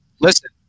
listen